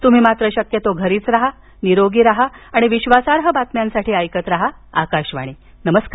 तुम्ही मात्र शक्यतो घरीच राहा निरोगी राहा आणि विश्वासार्ह बातम्यांसाठी ऐकत राहा आकाशवाणी नमस्कार